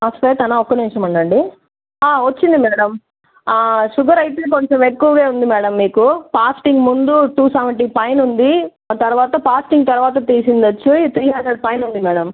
శ్వేతా నా ఒక్క నిమిషం ఉండండి వచ్చింది మ్యాడమ్ షుగర్ అయితే కొంచెం ఎక్కువే ఉంది మ్యాడమ్ మీకు పాస్టింగ్ ముందు టూ సెవెంటీ పైన ఉంది ఆ తర్వాత పాస్టింగ్ తర్వాత తీసిందోచ్చి త్రీ హండ్రెడ్ పైన ఉంది మ్యాడమ్